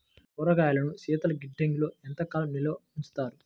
కూరగాయలను శీతలగిడ్డంగిలో ఎంత కాలం నిల్వ ఉంచుతారు?